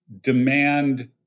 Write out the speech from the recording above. demand